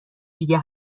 دیگه